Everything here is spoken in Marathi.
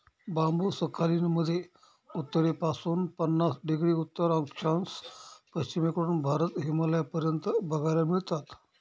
बांबु सखालीन मध्ये उत्तरेपासून पन्नास डिग्री उत्तर अक्षांश, पश्चिमेकडून भारत, हिमालयापर्यंत बघायला मिळतात